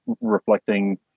reflecting